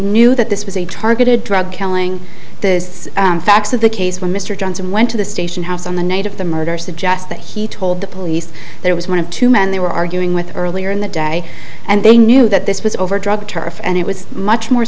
knew that this was a targeted drug killing the facts of the case when mr johnson went to the station house on the night of the murder suggest that he told the police there was one of two men they were arguing with earlier in the day and they knew that this was over drug turf and it was much more